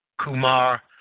Kumar